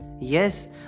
yes